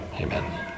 amen